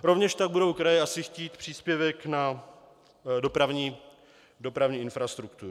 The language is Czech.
Rovněž tak budou kraje asi chtít příspěvek na dopravní infrastrukturu.